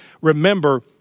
Remember